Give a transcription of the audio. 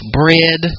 bread